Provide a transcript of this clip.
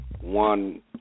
one